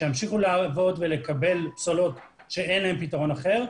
שימשיכו לעבוד ולקבל פסולת שאין לה פתרון אחר,